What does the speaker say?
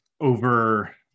over